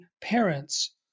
parents